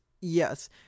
yes